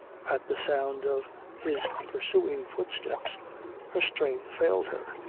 at the sound of his pursuing footsteps her strength failed her.